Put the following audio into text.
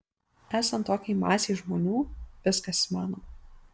esant tokiai masei žmonių viskas įmanoma